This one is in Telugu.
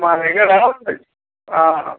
మర రా ఉడి